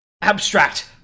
Abstract